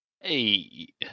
Hey